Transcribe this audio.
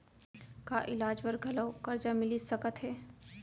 का इलाज बर घलव करजा मिलिस सकत हे?